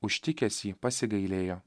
užtikęs jį pasigailėjo